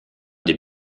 des